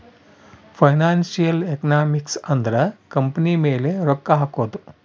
financial economics ಅಂದ್ರ company ಮೇಲೆ ರೊಕ್ಕ ಹಕೋದು